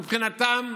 מבחינתם,